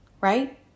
right